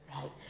right